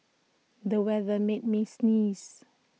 the weather made me sneeze